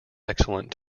excellent